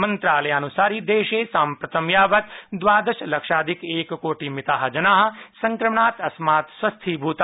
मंत्रालयानुसारि देशे साम्प्रतं यावत् द्वादश लक्ष्नाधिक एककोटिमिता जना सङक्रममात् अस्मात् स्वस्थीभूता